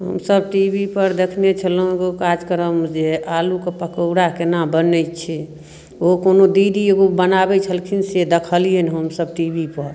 हमसब T V पर देखने छल हुँ एगो कार्यक्रम जे आलूके पकौड़ा केना बनै छै ओ कोनो दीदी एगो बनाबै छलखिन से देखलियनि हमसब टी वी पर